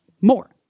more